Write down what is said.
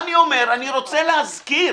אני רוצה להזכיר,